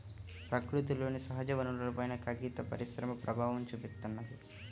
ప్రకృతిలోని సహజవనరులపైన కాగిత పరిశ్రమ ప్రభావం చూపిత్తున్నది